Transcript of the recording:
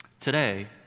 Today